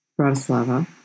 Bratislava